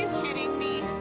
kidding me?